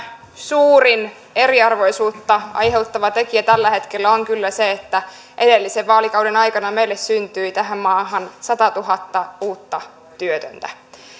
suurin eriarvoisuutta aiheuttava tekijä tällä hetkellä on kyllä se että edellisen vaalikauden aikana meille syntyi tähän maahan satatuhatta uutta työtöntä